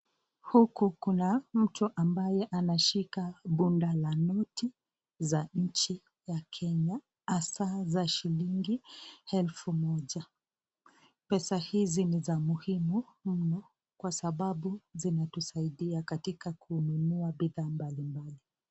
Huku kuna mtu ambaye anashika bunda la noti za nchi ya Kenya hasa za noti ya shilingi elfu moja, pesa hizi ni za mubimu mno kwasababu zinatusaidia katika kununua bidhaa mbali mbali.